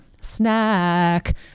Snack